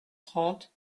trente